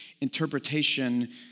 interpretation